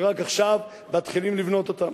ורק עכשיו מתחילים לבנות אותן,